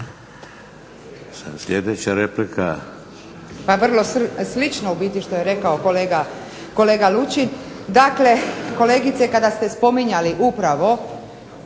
Ingrid (SDP)** Pa vrlo slično što je rekao kolega Lučin, dakle kolegice kada ste spominjali upravo